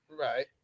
Right